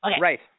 Right